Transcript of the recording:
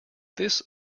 this